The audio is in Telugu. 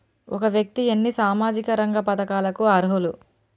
ఒక వ్యక్తి ఎన్ని సామాజిక రంగ పథకాలకు అర్హులు?